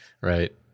Right